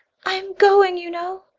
i'm going you know.